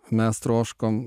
mes troškom